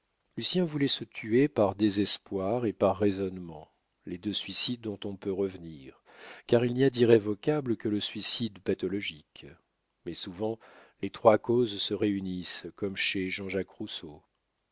voulait se tuer par désespoir et par raisonnement les deux suicides dont on peut revenir car il n'y a d'irrévocable que le suicide pathologique mais souvent les trois causes se réunissent comme chez jean-jacques rousseau